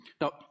Now